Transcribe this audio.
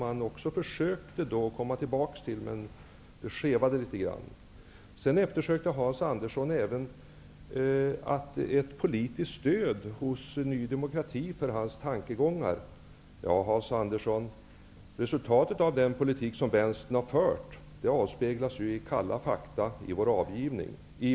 Han försökte komma tillbaks till den, men det skevade litet grand. Hans Andersson eftersökte även ett politiskt stöd hos Ny demokrati för sina tankegångar. Resultatet av den politik som Vänstern har fört återspeglas ju i kalla fakta i vår omgivning.